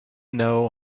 know